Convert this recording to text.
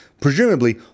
presumably